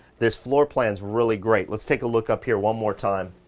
this floor plan's really great. let's take a look up here one more time.